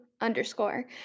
underscore